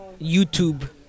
YouTube